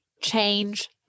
change